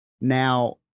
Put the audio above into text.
Now